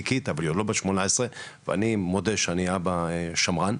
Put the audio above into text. היא עוד לא בת 18 ואני מודה שאני אבא שמרן,